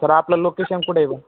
sir आपलं location कुठे ब